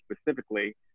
specifically